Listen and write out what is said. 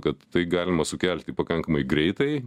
kad tai galima sukelti pakankamai greitai